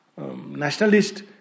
nationalist